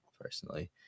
personally